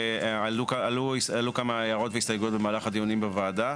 ועלו כמה הערות והסתייגויות במהלך הדיונים בוועדה.